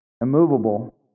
immovable